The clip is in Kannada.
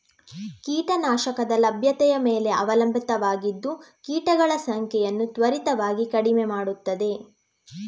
ಕೀಟ ನಾಶಕದ ಲಭ್ಯತೆಯ ಮೇಲೆ ಅವಲಂಬಿತವಾಗಿದ್ದು ಕೀಟಗಳ ಸಂಖ್ಯೆಯನ್ನು ತ್ವರಿತವಾಗಿ ಕಡಿಮೆ ಮಾಡುತ್ತದೆ